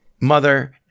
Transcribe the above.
mother